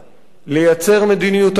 לייצר מדיניות אמיתית,